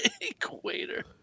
Equator